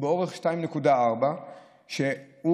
שהוא באורך 2.4 קילומטר,